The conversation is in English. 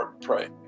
pray